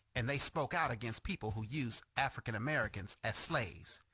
and they spoke out against people who used african americans as slaves.